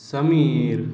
Sameer